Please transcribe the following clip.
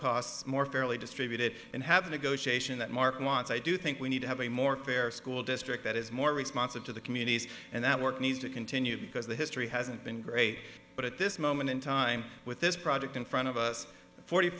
costs more fairly distributed and have a negotiation that mark wants i do think we need to have a more fair school district that is more responsive to the communities and that work needs to continue because the history hasn't been great but at this moment in time with this project in front of us forty